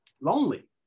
lonely